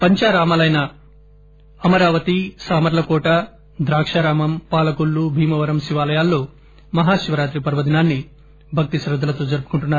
పంచారామాలైన అమరావతి సామర్లకోట ద్రాకారామం పాలకొల్లు భీమవరం శివాలయాల్లో మహాశివరాత్రి పర్వదినాన్ని భక్తిశ్రద్దలతో జరుపుకుంటున్నారు